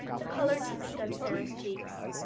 the color deepened on sara's cheeks.